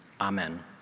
amen